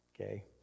Okay